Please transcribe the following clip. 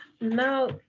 Now